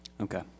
Okay